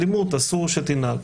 אלימות אסור שתנהג,